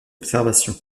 observation